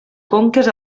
conques